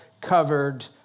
covered